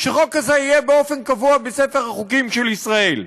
שחוק כזה יהיה באופן קבוע בספר החוקים של ישראל.